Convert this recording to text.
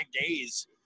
days